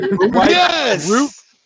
Yes